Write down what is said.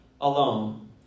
alone